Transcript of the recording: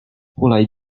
hulaj